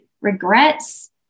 Regrets